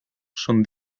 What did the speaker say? son